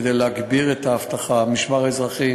כדי להגביר את האבטחה הרחבנו את המשמר האזרחי,